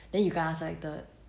then you kena selected